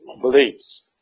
beliefs